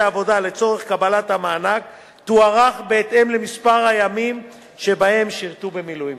עבודה לצורך קבלת המענק תוארך בהתאם למספר הימים ששירתו במילואים.